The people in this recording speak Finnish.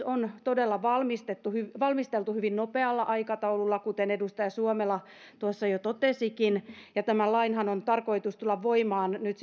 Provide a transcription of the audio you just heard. on todella valmisteltu hyvin valmisteltu hyvin nopealla aikataululla kuten edustaja suomela tuossa jo totesikin ja tämän lainhan on tarkoitus tulla voimaan nyt